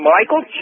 Michael